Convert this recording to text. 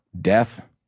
death